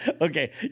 Okay